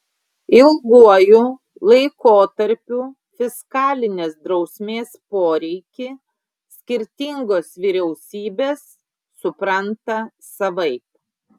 ilguoju laikotarpiu fiskalinės drausmės poreikį skirtingos vyriausybės supranta savaip